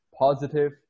positive